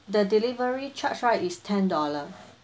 the delivery charge right is ten dollar